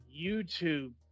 YouTube